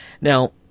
Now